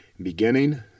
Beginning